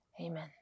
amen